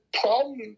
problem